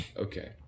okay